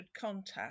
contact